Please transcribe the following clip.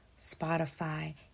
Spotify